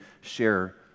share